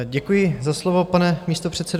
Děkuji za slovo, pane místopředsedo.